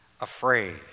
afraid